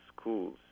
schools